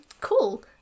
cool